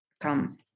come